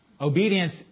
Obedience